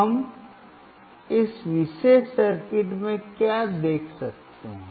हम इस विशेष सर्किट में क्या देख सकते हैं